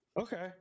Okay